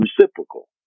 reciprocal